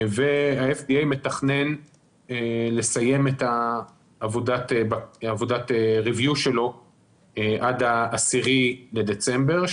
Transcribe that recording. וה-FDA מתכנן לסיים את עבודת ה-review שלו עד ה-10 בדצמבר,